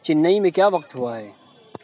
چنئی میں کیا وقت ہوا ہے